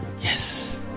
Yes